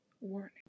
warning